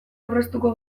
aurreztuko